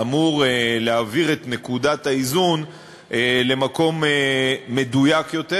אמור להעביר את נקודת האיזון למקום מדויק יותר,